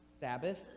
Sabbath